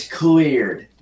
cleared